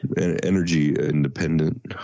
energy-independent